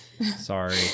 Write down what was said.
Sorry